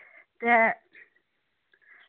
ते